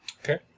Okay